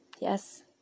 yes